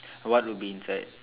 what would be inside